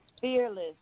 fearless